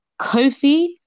Kofi